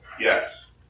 Yes